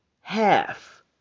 half